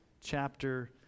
chapter